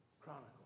chronicle